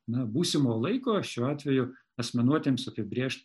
na būsimo laiko šiuo atveju asmenuotėms apibrėžt